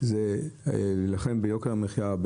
להילחם ביוקר המחייה,